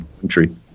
country